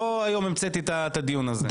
לא היום המצאתי את הדיון הזה.